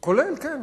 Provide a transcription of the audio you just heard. כולל, כן.